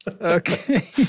Okay